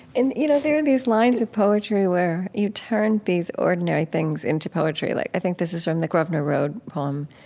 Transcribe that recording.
and you know there are these lines of poetry where you turn these ordinary things into poetry. like, i think this is from the grosvenor road poem.